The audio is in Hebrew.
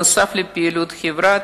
נוסף על פעילות חברה,